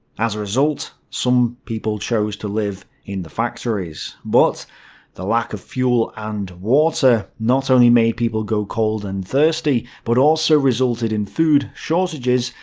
as a result, some people chose to live in the factories. but the lack of fuel and water not only made people go cold and thirsty, but also resulted in food shortages,